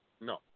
No